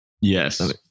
Yes